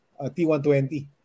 T120